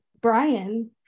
Brian